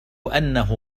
أنه